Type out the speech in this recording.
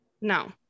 No